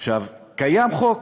עכשיו, קיים חוק,